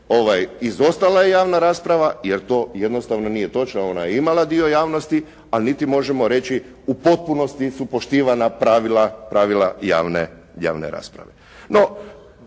izostala je javna rasprava, jer to jednostavno nije točno, a ona je imala dio javnosti, ali niti možemo reći u potpunosti su poštivana pravila javne rasprave.